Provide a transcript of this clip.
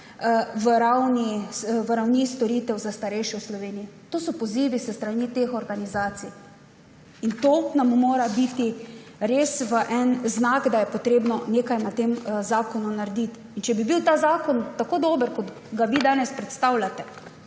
v ravni storitev za starejše v Sloveniji. To so pozivi s strani teh organizacij, in to nam mora biti res znak, da je treba nekaj na tem zakonu narediti. Če bi bil ta zakon tako dober, kot ga vi danes predstavljate,